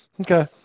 Okay